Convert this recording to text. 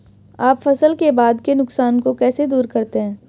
आप फसल के बाद के नुकसान को कैसे दूर करते हैं?